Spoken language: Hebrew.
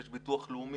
יש ביטוח לאומי,